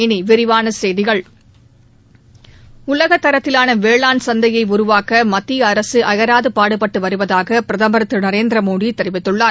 இனி விரிவான செய்திகள் உலக தரத்திலான வேளாண் சந்தையை உருவாக்க மத்திய அரசு அயராது பாடுபட்டு வருவதாக பிரதமர் திரு நரேந்திர மோடி தெரிவித்துள்ளார்